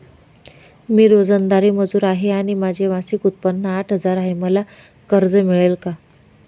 मी रोजंदारी मजूर आहे आणि माझे मासिक उत्त्पन्न आठ हजार आहे, मला कर्ज मिळेल का?